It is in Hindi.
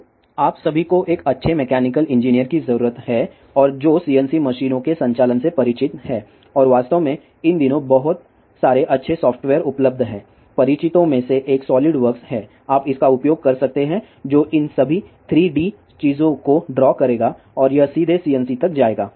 तो आप सभी को एक अच्छे मैकेनिकल इंजीनियर की जरूरत है और जो CNC मशीनों के संचालन से परिचित है और वास्तव में इन दिनों बहुत सारे अच्छे सॉफ्टवेयर उपलब्ध हैं परिचितों में से एक सॉलिड वर्क्स है आप इसका उपयोग कर सकते हैं जो इन सभी 3 डी चीजों को ड्रा करेगा और यह सीधे CNC तक जाएगा